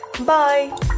Bye